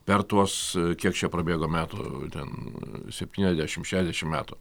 per tuos kiek čia prabėgo metų ten septyniasdešim šešiasdešim metų